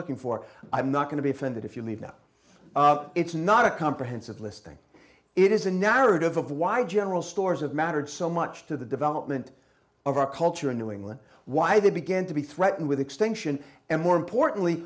looking for i'm not going to be offended if you leave now it's not a comprehensive listing it is a narrative of wide general stores of mattered so much to the development of our culture in new england why they began to be threatened with extinction and more importantly